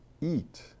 eat